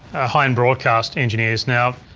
a high-end broadcast engineers. now,